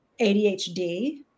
ADHD